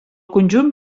conjunt